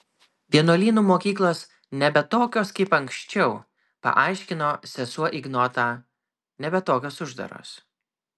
vienuolynų mokyklos nebe tokios kaip anksčiau paaiškino sesuo ignotą nebe tokios uždaros